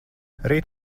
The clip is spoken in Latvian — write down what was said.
rīt